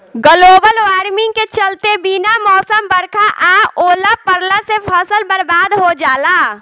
global warming के चलते बिना मौसम बरखा आ ओला पड़ला से फसल बरबाद हो जाला